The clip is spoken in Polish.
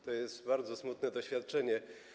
To jest bardzo smutne doświadczenie.